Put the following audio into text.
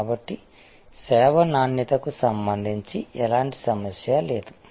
కాబట్టి సేవ నాణ్యతకు సంబంధించి ఎలాంటి సమస్య లేదు